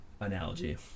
analogy